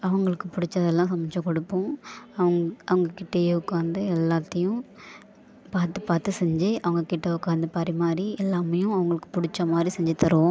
அவங்களுக்கு பிடிச்சதெல்லாம் சமைத்து கொடுப்போம் அவுங்க அவங்ககிட்டே உட்காந்து எல்லாத்தையும் பார்த்து பார்த்து செஞ்சு அவங்க கிட்டே உட்காந்து பரிமாறி எல்லாமேயும் அவங்களுக்கு பிடிச்ச மாதிரி செஞ்சு தருவோம்